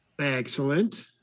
Excellent